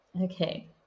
Okay